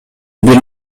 бир